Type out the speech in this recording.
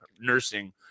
nursing